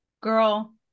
girl